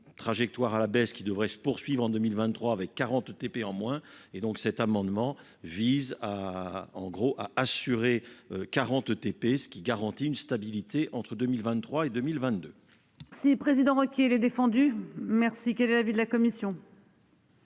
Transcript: trajectoire à la baisse qui devrait se poursuivre en 2023 avec 40 TP en moins et donc cet amendement vise à en gros a assuré 40 TP ce qui garantit une stabilité entre 2023 et 2022. Six président requis les défendu merci qui est de l'avis de la commission.